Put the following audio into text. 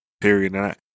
period